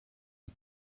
der